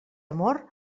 amor